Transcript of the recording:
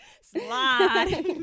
slide